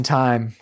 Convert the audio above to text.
time